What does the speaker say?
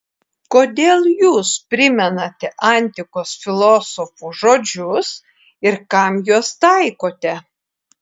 kodėl jūs primenate antikos filosofų žodžius ir kam juos taikote